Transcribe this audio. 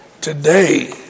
today